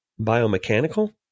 biomechanical